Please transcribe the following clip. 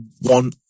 one